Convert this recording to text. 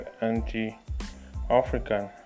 anti-African